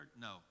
No